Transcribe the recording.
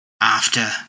after-